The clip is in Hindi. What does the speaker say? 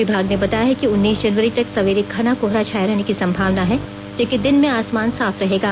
विभाग ने बताया है कि उन्नीस जनवरी तक सवेरे घना कोहरा छाये रहने की संभावना है जबकि दिन में आसमान साफ रहेगा